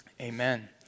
amen